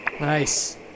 Nice